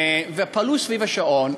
פעלו סביב השעון.